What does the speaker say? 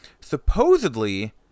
supposedly